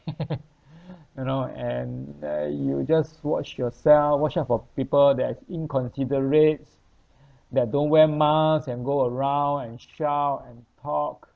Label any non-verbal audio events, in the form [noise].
[laughs] you know and uh you just watch yourself watch out for people that is inconsiderates that don't wear mask and go around and shout and talk